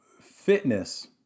fitness